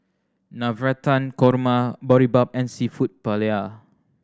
Navratan Korma Boribap and Seafood Paella